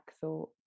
thought